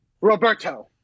Roberto